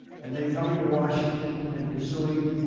and then coming to washington and pursuing